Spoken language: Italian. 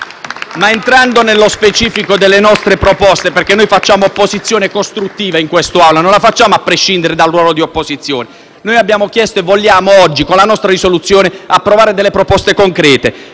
Ma entrando nello specifico delle nostre proposte - in quest'Aula noi facciamo opposizione costruttiva e non la facciamo, a prescindere, dal ruolo di opposizione - noi abbiamo chiesto e vogliamo oggi, con la nostra risoluzione, approvare delle proposte concrete.